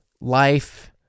life